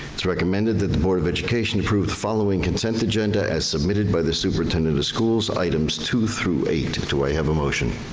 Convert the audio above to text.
it's recommended that the board of education approve the following consent agenda as submitted by the superintendent of schools items two through eight, do i have a motion?